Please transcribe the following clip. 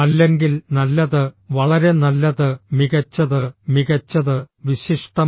അല്ലെങ്കിൽ നല്ലത് വളരെ നല്ലത് മികച്ചത് മികച്ചത് വിശിഷ്ടം